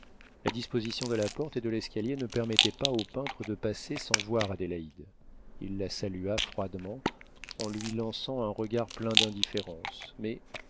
la disposition de la porte et de l'escalier ne permettait pas au peintre de passer sans voir adélaïde il la salua froidement en lui lançant un regard plein d'indifférence mais